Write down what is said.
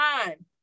time